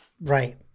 Right